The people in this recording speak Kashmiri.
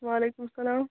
وعلیکُم السلام